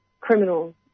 criminals